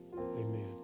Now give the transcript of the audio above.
amen